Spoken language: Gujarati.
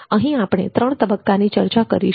અહીં આપણે ત્રણ તબક્કા ની ચર્ચા કરીશું